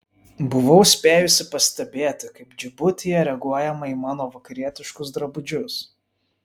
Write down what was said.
buvau spėjusi pastebėti kaip džibutyje reaguojama į mano vakarietiškus drabužius